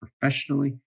professionally